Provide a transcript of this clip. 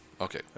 Okay